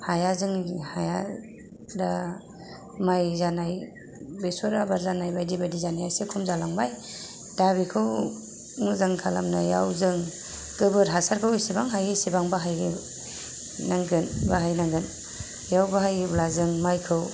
हाया जोंनि हाया दा माइ जानाय बेसर आबाद जानाय बायदि बायदि जानाया एसे खम जालांबाय दा बेखौ मोजां खालामनायाव जों गोबोर हासारखौ जेसेबां हायो एसेबां बाहायो नांगोन बाहायनांगोन बेयो बाहायोब्ला जों माइखौ